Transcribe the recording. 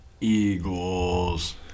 Eagles